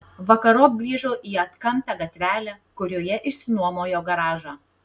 vakarop grįžo į atkampią gatvelę kurioje išsinuomojo garažą